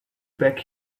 back